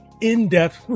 in-depth